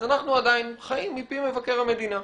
אז אנחנו עדין חיים מפי מבקר המדינה.